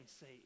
say